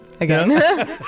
again